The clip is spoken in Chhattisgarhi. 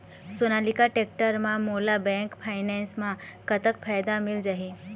सोनालिका टेक्टर म मोला बैंक फाइनेंस म कतक फायदा मिल जाही?